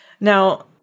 Now